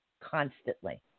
constantly